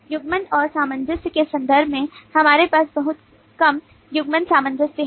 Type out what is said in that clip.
युग्मन और सामंजस्य के संदर्भ में हमारे पास बहुत कम युग्मन सामंजस्य है